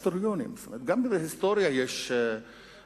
אנחנו לא היסטוריונים, וגם בהיסטוריה יש יחסיות,